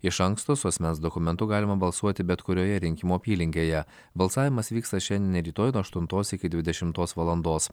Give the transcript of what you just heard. iš anksto su asmens dokumentu galima balsuoti bet kurioje rinkimų apylinkėje balsavimas vyksta šiandien ir rytoj nuo aštuntos iki dvidešimtos valandos